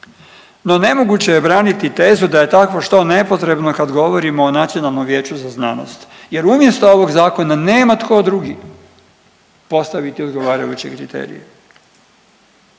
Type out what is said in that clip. No nemoguće je braniti tezu da je takvo što nepotrebno kad govorimo o Nacionalnom vijeću za znanost jer umjesto ovog zakona nema tko drugi postaviti odgovarajuće kriterije.